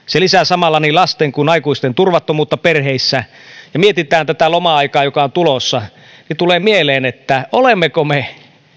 se lisää samalla niin lasten kuin aikuistenkin turvattomuutta perheissä ja mietitään tätä loma aikaa joka on tulossa niin tulee väistämättä mieleen olemmeko me